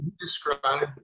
describe